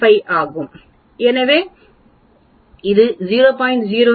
5 ஆகும் எனவே இது 0